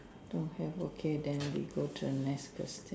don't have okay then we go to a next question